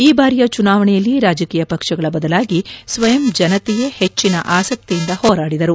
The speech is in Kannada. ಈ ಬಾರಿಯ ಚುನಾವಣೆಯಲ್ಲಿ ರಾಜಕೀಯ ಪಕ್ಷಗಳ ಬದಲಾಗಿ ಸ್ವಯಂ ಜನತೆಯೇ ಹೆಚ್ಚಿನ ಆಸಕ್ತಿಯಿಂದ ಹೊರಾಡಿದರು